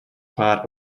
part